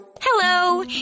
Hello